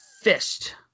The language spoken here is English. fist